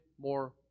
more